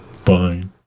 Fine